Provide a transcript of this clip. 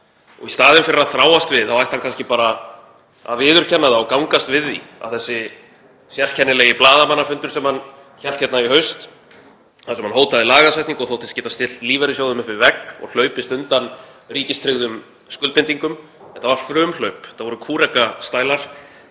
og í staðinn fyrir að þráast við ætti hann kannski bara að viðurkenna það og gangast við því að þessi sérkennilegi blaðamannafundur sem hann hélt hérna í haust, þar sem hann hótaði lagasetningu og þóttist geta stillt lífeyrissjóðum upp við vegg og hlaupist undan ríkistryggðum skuldbindingum, var frumhlaup. Þetta voru kúrekastælar,